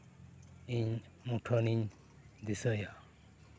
ᱤᱧ ᱢᱩᱴᱷᱟᱹᱱᱤᱧ ᱫᱤᱥᱟᱹᱭᱟ